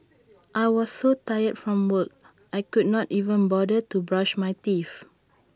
I was so tired from work I could not even bother to brush my teeth